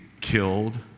killed